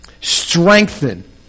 Strengthen